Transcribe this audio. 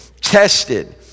tested